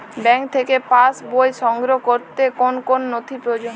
Bank থেকে pass বই সংগ্রহ করতে কোন কোন নথি প্রয়োজন?